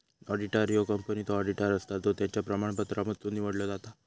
auditor ह्यो कंपनीचो auditor असता जो त्याच्या प्रमाणपत्रांमधसुन निवडलो जाता